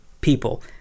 people